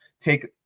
Take